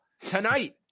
tonight